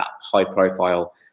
high-profile